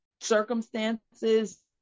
circumstances